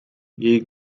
jej